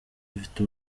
dufite